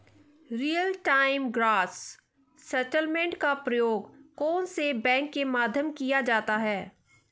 Real time gross settlement का प्रयोग कौन से बैंकों के मध्य किया जाता है?